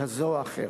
כזאת או אחרת,